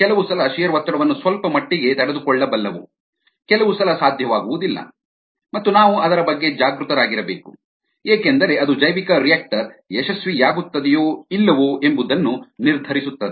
ಕೆಲವು ಸಲ ಶಿಯರ್ ಒತ್ತಡವನ್ನು ಸ್ವಲ್ಪ ಮಟ್ಟಿಗೆ ತಡೆದುಕೊಳ್ಳಬಲ್ಲವು ಕೆಲವು ಸಲ ಸಾಧ್ಯವಾಗುವುದಿಲ್ಲ ಮತ್ತು ನಾವು ಅದರ ಬಗ್ಗೆ ಜಾಗೃತರಾಗಿರಬೇಕು ಏಕೆಂದರೆ ಅದು ಜೈವಿಕರಿಯಾಕ್ಟರ್ ಯಶಸ್ವಿಯಾಗುತ್ತದೆಯೋ ಇಲ್ಲವೋ ಎಂಬುದನ್ನು ನಿರ್ಧರಿಸುತ್ತದೆ